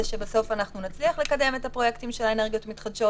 שבסוף נצליח לקדם את הפרויקטים של האנרגיות המתחדשות.